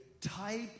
type